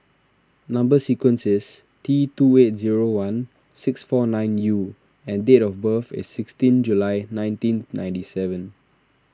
Number Sequence is T two eight zero one six four nine U and date of birth is sixteen July nineteen ninety seven